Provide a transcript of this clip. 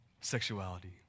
sexuality